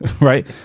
right